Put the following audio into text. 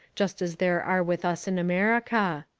just as there are with us in america.